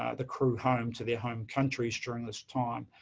ah the crew home, to their home countries during this time.